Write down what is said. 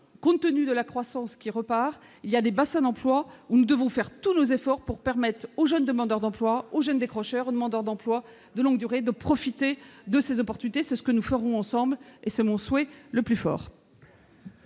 Compte tenu de la croissance qui repart, il y a des bassins d'emplois dans lesquels nous devons concentrer tous nos efforts pour permettre aux jeunes demandeurs d'emploi, aux jeunes décrocheurs, aux demandeurs d'emploi de longue durée de profiter de ces opportunités. C'est ce que nous ferons ensemble, et c'est mon souhait le plus cher